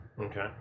Okay